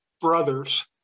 brothers